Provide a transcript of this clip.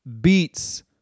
beats